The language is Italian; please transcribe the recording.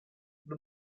the